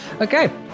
Okay